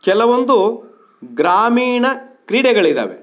ಕೆಲವೊಂದು ಗ್ರಾಮೀಣ ಕ್ರೀಡೆಗಳಿದ್ದಾವೆ